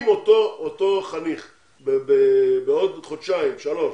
אם אותו חניך בעוד חודשיים-שלושה,